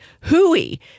hooey